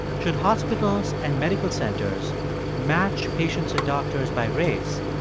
should hospitals and medical centers match patients and doctors by race,